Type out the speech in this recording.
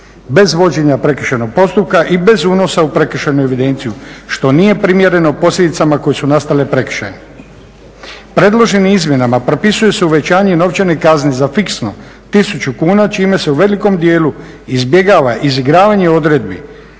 Bez vođenja prekršajnog postupka i bez unosa u prekršajnu evidenciju što nije primjereno posljedicama koje su nastale prekršajem. Predloženim izmjenama propisuju se uvećanje novčane kazne za fiksno 1000 kuna čime se u velikom dijelu izbjegava izigravanje odredbi